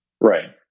Right